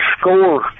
score